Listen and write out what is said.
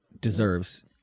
deserves